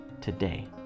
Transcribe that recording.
today